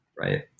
right